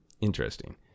Interesting